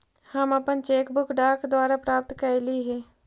हम अपन cheque book डाक द्वारा प्राप्त कईली हे